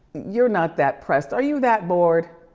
you're not that pressed, are you that bored?